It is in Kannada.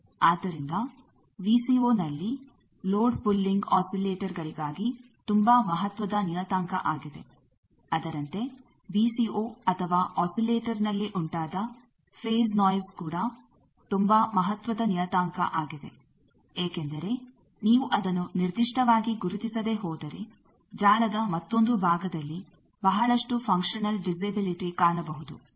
ಆದ್ದರಿಂದ ವಿಸಿಓನಲ್ಲಿ ಲೋಡ್ ಪುಲ್ಲಿಂಗ್ ಆಸಿಲೇಟರ್ ಗಳಿಗಾಗಿ ತುಂಬಾ ಮಹತ್ವದ ನಿಯತಾಂಕ ಆಗಿದೆ ಅದರಂತೆ ವಿಸಿಓ ಅಥವಾ ಆಸಿಲೇಟರ್ ನಲ್ಲಿ ಉಂಟಾದ ಫೇಸ್ ನೋಯಿಸ್ ಕೂಡ ತುಂಬಾ ಮಹತ್ವದ ನಿಯತಾಂಕ ಆಗಿದೆ ಏಕೆಂದರೆ ನೀವು ಅದನ್ನು ನಿರ್ದಿಷ್ಟವಾಗಿ ಗುರುತಿಸದೆ ಹೋದರೆ ಜಾಲದ ಮತ್ತೊಂದು ಭಾಗದಲ್ಲಿ ಬಹಳಷ್ಟು ಫಂಕ್ಷನಲ್ ಡಿಸೆಬಿಲಿಟಿ ಕಾಣಬಹುದು